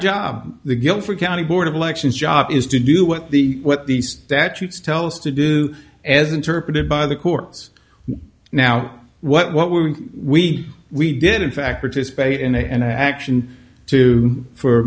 job the guilford county board of elections job is to do what the what the statutes tell us to do as interpreted by the courts now what were we we did in fact participate in an action two for